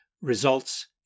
results